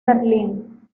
berlín